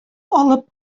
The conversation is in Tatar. алып